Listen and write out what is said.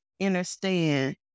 understand